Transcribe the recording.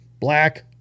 Black